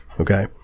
Okay